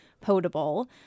potable